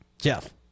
Jeff